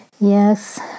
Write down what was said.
Yes